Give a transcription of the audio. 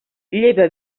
lleva